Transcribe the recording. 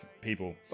people